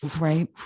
Right